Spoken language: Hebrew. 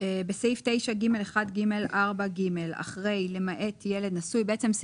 סעיף 91.בחוק מיסוי מקרקעין (שבח ורכישה),